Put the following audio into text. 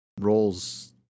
roles